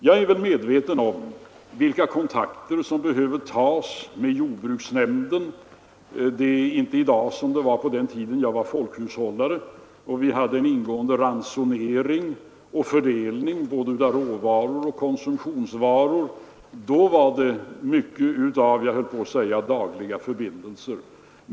Jag är väl medveten om vilka kontakter som behöver tas med jordbruksnämnden. Det är inte i dag som det var på den tiden då jag var folkhushållare och vi hade en ingående ransonering och fördelning av både råvaror och konsumtionsvaror. Då var det mycket av — jag höll på att säga — dagliga förbindelser.